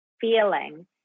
feeling